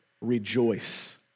rejoice